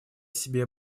себе